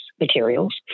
materials